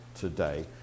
today